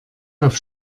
auf